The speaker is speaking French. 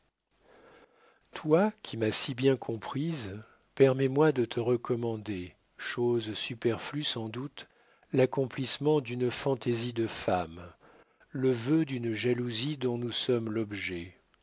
toi qui m'as si bien comprise permets-moi de te recommander chose superflue sans doute l'accomplissement d'une fantaisie de femme le vœu d'une jalousie dont nous sommes l'objet